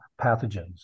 pathogens